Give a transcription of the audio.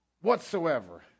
Whatsoever